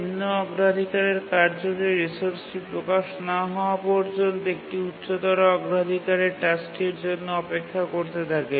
নিম্ন অগ্রাধিকারের কার্যটি রিসোর্সটি প্রকাশ না হওয়া পর্যন্ত একটি উচ্চতর অগ্রাধিকারের টাস্কটির জন্য অপেক্ষা করতে থাকে